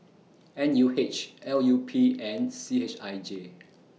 N U H L U P and C H I J